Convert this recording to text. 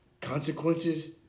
Consequences